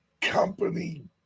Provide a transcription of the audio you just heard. Company